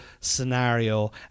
scenario